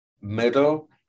middle